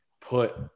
put